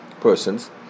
persons